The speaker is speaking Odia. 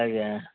ଆଜ୍ଞା